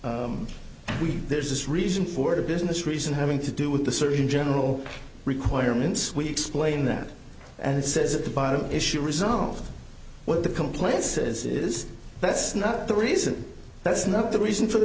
says we there's this reason for a business reason having to do with the surgeon general requirements we explain that and it says at the bottom issue resolved what the complaint says is that's not the reason that's not the reason for the